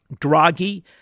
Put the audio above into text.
Draghi